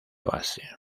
base